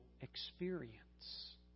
experience